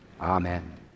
Amen